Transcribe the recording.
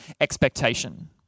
expectation